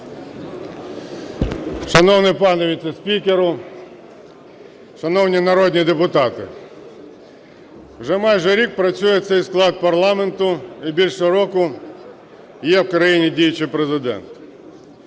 Шановний пане віце-спікере, шановні народні депутати! Вже майже рік працює цей склад парламенту, і більше року є в країні діючий Президент.